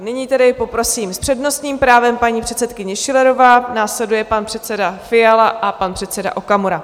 Nyní tedy poprosím, s přednostním právem paní předsedkyně Schillerová, následuje pan předseda Fiala a pan předseda Okamura.